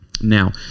Now